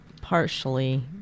partially